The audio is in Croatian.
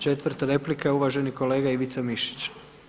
Četvrta replika uvaženi kolega Ivica Mišić.